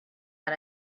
had